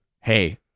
Hey